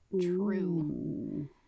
True